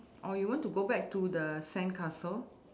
or you want to go back to the sandcastle